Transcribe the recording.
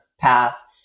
path